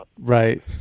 Right